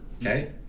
Okay